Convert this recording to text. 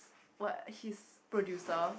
what his producer